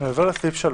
עובר לסעיף 3